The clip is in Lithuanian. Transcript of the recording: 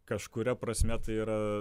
kažkuria prasme tai yra